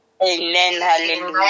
Hallelujah